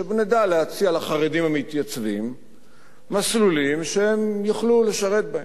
שנדע להציע לחרדים המתייצבים מסלולים שהם יוכלו לשרת בהם.